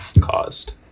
caused